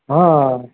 હા